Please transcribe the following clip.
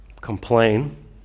complain